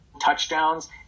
touchdowns